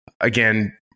again